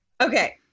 Okay